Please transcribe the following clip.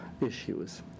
issues